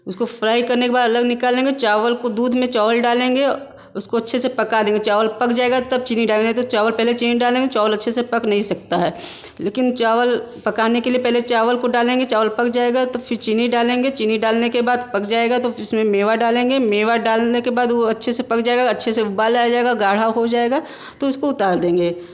उसको फ़्राई करने के बाद अलग निकाल लेंगे चावल को दूध में चावल डालेंगे उसको अच्छे पका देंगे चावल पक जाएगा तब चीनी डालेंगे नहीं तो चावल पहले चीनी डालेंगे चावल अच्छे से पक नहीं सकता है लेकिन चावल पकाने के लिए पहले चावल को डालेंगे चावल पक जाएगा तो फिर चीनी डालेंगे चीने डालने के बाद पक जाएगा तो फिर उसमें मेवा डालेंगे मेवा डालने के बाद वो अच्छे से पक जाएगा अच्छे से उबाल आ जाएगा गाढ़ा हो जाएगा तो उसको उतार देंगे